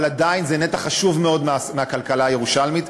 עדיין הם נתח חשוב מאוד מהכלכלה הירושלמית.